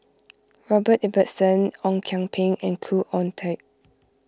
Robert Ibbetson Ong Kian Peng and Khoo Oon Teik